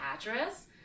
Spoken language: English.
address